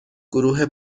گروه